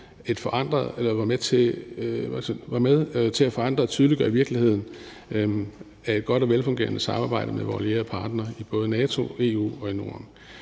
var med til at forandre og tydeliggøre virkeligheden af et godt og velfungerende samarbejde med vores allierede partnere i både NATO, EU og Norden.